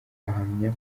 ahamya